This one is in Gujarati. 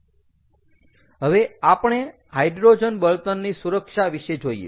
હવે આપણે હાઈડ્રોજન બળતણની સુરક્ષા વિશે જોઈએ